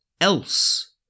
ELSE